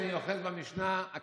שכולם יזכרו שאני אוחז במשנה "הקנאה